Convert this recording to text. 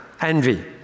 envy